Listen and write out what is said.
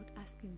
asking